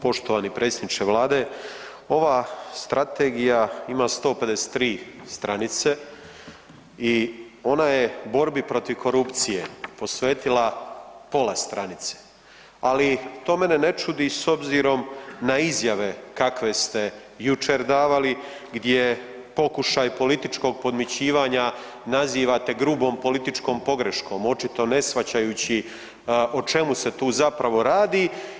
Poštovani predsjedniče vlade, ova strategija ima 153 stranice i ona je borbi protiv korupcije posvetila pola stranice, ali mene to ne čudi s obzirom na izjave kakve ste jučer davali gdje pokušaj političkog podmićivanja nazivate grubom političkom pogreškom, očito ne shvaćajući o čemu se tu zapravo radi.